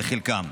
בחלקן.